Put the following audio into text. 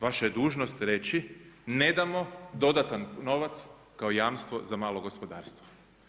Vaša je dužnost reći ne damo dodatan novac kao jamstvo za malo gospodarstvo.